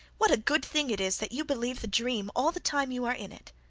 what a good thing it is that you believe the dream all the time you are in it!